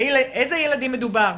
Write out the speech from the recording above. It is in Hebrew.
איזה ילדים מדובר,